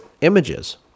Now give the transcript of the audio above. images